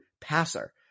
passer